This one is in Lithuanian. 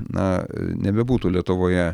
na nebebūtų lietuvoje